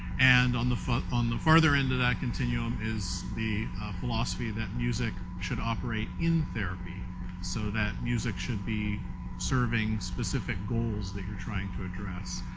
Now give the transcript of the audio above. and on the on the further end of that continuum is the philosophy that music should operate in therapy so that music should be serving specific goals that you're trying to address.